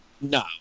No